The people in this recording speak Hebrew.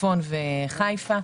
הצפון וחיפה.